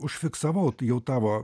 užfiksavau jau tavo